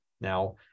Now